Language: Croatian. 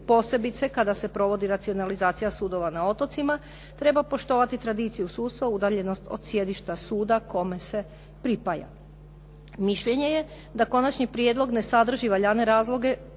posebice kada se provodi racionalizacija sudova na otocima, treba poštovati tradiciju sudstva, udaljenost od sjedišta suda kome se pripaja. Mišljenje je da konačni prijedlog ne sadrži valjane razloge